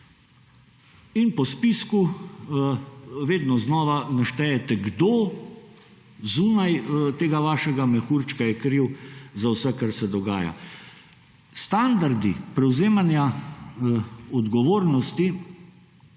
in po spisku vedno znova naštejete kdo zunaj tega vašega mehurčka je kriv za vse, kar se dogaja. Standardi prevzemanja odgovornosti